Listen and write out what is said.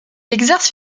exerce